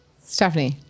Stephanie